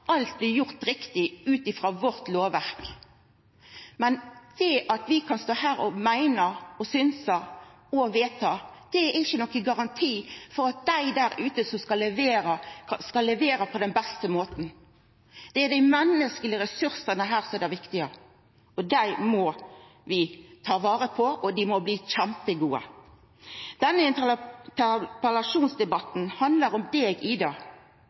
alt blir gjort riktig ut frå lovverket vårt, men det at vi kan stå her og meina og synsa og vedta, er ikkje nokon garanti for at dei der ute leverer på den beste måten. Det er dei menneskelege ressursane som her er det viktige. Dei må vi ta vare på, og dei må bli kjempegode. Denne interpellasjonsdebatten handlar om deg, «Ida», fordi du fortener det